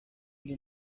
indi